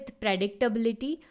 predictability